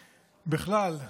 בכלל,